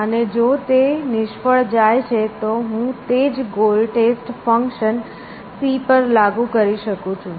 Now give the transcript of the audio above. અને જો તે નિષ્ફળ જાય છે તો હું તે જ ગોલ ટેસ્ટ ફંક્શન C પર લાગુ કરી શકું છું